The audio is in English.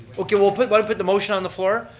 okay, we'll put we'll put the motion on the floor.